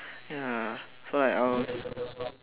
ya so I I will